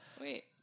Wait